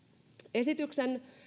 esityksen